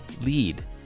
lead